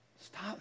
Stop